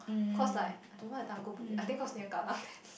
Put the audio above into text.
cause like I don't why I everytime go bugis I think cause near Kallang then